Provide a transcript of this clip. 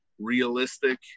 realistic